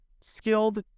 skilled